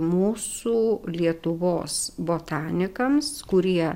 mūsų lietuvos botanikams kurie